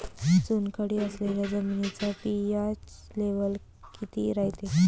चुनखडी असलेल्या जमिनीचा पी.एच लेव्हल किती रायते?